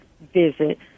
visit